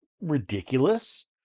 ridiculous